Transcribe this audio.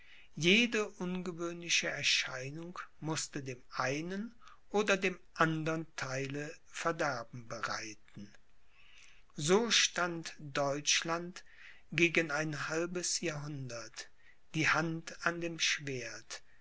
jede ungewöhnliche erscheinung mußte dem einen oder dem andern theile verderben bereiten so stand deutschland gegen ein halbes jahrhundert die hand an dem schwert